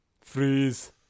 Freeze